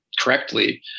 correctly